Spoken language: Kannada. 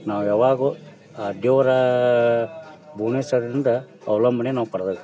ನಾವು ಯಾವಾಗ್ಲೋ ಆ ದೇವ್ರು ಭುವನೇಶ್ವರಿಂದ ಅವಲಂಬನೆ ನಾವು ಪಡ್ದದ್ದು